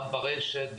גם ברשת,